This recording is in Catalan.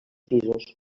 pisos